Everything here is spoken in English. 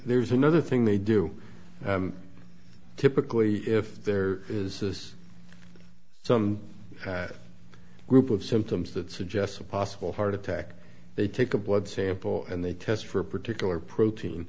there's another thing they do typically if there is some group of symptoms that suggests a possible heart attack they take a blood sample and they test for a particular protein